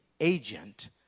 agent